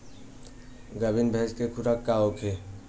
गाभिन भैंस के खुराक का होखे?